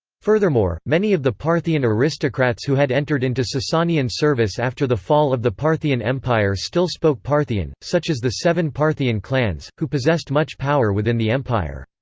furthermore, many of the parthian aristocrats who had entered into sasanian service after the fall of the parthian empire still spoke parthian, such as the seven parthian clans, who possessed much power within the empire.